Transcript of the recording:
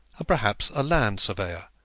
perhaps a land surveyor,